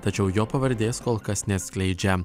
tačiau jo pavardės kol kas neatskleidžia